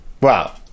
Wow